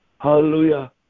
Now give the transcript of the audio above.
Hallelujah